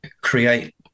create